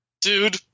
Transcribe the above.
dude